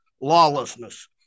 Lawlessness